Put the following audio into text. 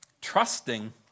Trusting